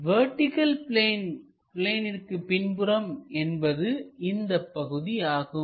vertical பிளேனிற்கு பின்புறம் என்பது இந்தப் பகுதி ஆகும்